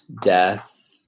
death